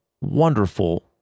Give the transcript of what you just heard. wonderful